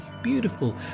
beautiful